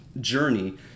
journey